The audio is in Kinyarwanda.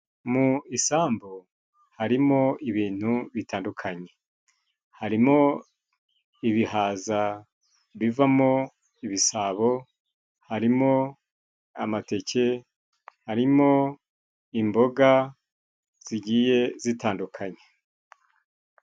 Mu isambu harimo ibintu bitandukanye: harimo ibihaza bivamo ibisabo, harimo amateke, harimo imboga zigiye zitandukanye.